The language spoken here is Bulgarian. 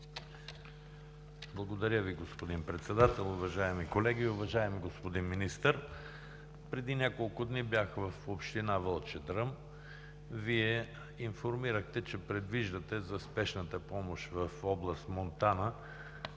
Благодаря Ви, господин Председател. Уважаеми колеги! Уважаеми господин Министър, преди няколко дни бях в община Вълчедръм. Вие информирахте, че предвиждате за спешната помощ в област Монтана